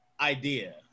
idea